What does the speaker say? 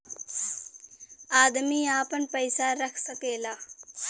अदमी आपन पइसा रख सकेला